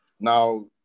Now